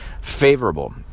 favorable